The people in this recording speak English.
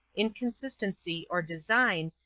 inconstancy, or design,